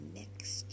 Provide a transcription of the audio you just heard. next